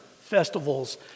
festivals